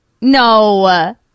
No